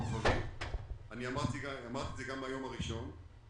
ואמרתי את זה גם ביום הראשון,